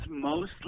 mostly